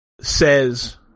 says